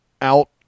out